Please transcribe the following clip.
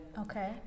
Okay